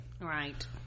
right